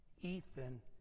Ethan